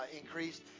increased